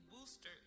booster